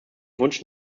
wunsch